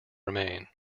remain